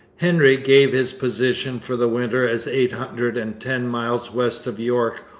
hendry gave his position for the winter as eight hundred and ten miles west of york,